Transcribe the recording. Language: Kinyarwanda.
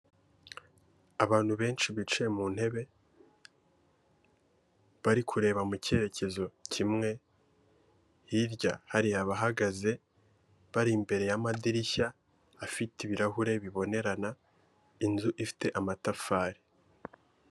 Abantu benshi bicaye mu ntebe, bari kureba mu cyerekezo kimwe, hirya hari abahagaze, bari imbere y'amadirishya afite ibirahure bibonerana, inzu ifite amatafari.